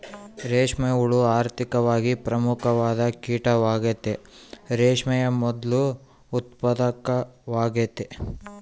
ರೇಷ್ಮೆ ಹುಳ ಆರ್ಥಿಕವಾಗಿ ಪ್ರಮುಖವಾದ ಕೀಟವಾಗೆತೆ, ರೇಷ್ಮೆಯ ಮೊದ್ಲು ಉತ್ಪಾದಕವಾಗೆತೆ